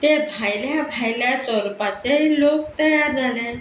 ते भायल्या भायल्या चोरपाचेय लोक तयार जाले